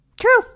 True